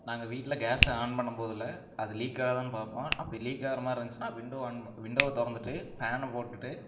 நாங்கள் வீட்டில் கேஸ்சை ஆன் பண்ணும்போதில் அது லீக் ஆகுதான்னு பார்ப்போம் அப்படி லீக் ஆகுற மாதிரி இருந்துச்சுனால் வின்டோவை ஆன் வின்டோவை திறந்துட்டு ஃபேனை போட்டுவிட்டு